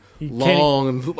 long